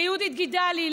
ליהודית גידלי,